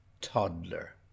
toddler